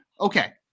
Okay